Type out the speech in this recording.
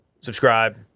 Subscribe